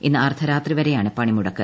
ഇന്ന് അർദ്ധരാത്രി വരെയാണ് പണിമുടക്ക്